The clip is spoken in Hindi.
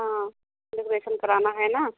हाँ डेकोरेसन कराना है ना